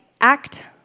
act